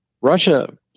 Russia